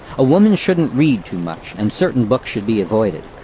a woman shouldn't read too much, and certain books should be avoided.